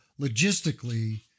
logistically